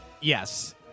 yes